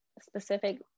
specific